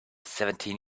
seventeen